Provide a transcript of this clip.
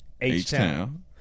H-Town